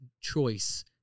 choice